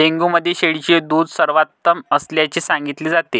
dengue मध्ये शेळीचे दूध सर्वोत्तम असल्याचे सांगितले जाते